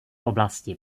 oblasti